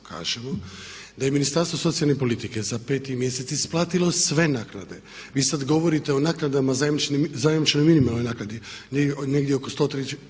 da je Ministarstvo socijalne politike za peti mjesec isplatilo sve naknade. Vi sad govorite o naknadama, zajamčenoj minimalnoj naknadi negdje oko 103000